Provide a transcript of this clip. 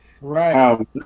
right